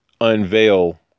unveil